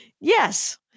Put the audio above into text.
Yes